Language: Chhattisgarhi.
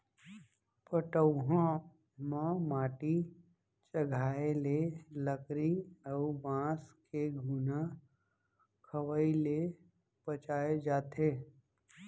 पटउहां म माटी चघाए ले लकरी अउ बांस के घुना खवई ले बचाए जाथे